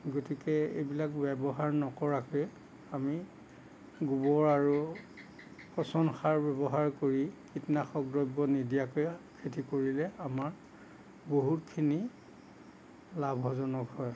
গতিকে এইবিলাক ব্যৱহাৰ নকৰাকে আমি গোবৰ আৰু সচন সাৰ ব্যৱহাৰ কৰি কীটনাশক দ্ৰব্য নিদিয়াকৈ খেতি কৰিলে আমাৰ বহুতখিনি লাভজনক হয়